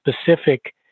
specific